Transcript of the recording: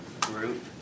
group